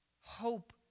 hope